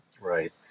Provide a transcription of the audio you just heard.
Right